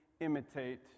imitate